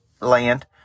land